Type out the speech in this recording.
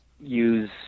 use